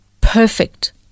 perfect